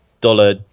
dollar